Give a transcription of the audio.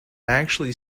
actually